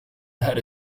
had